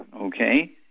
okay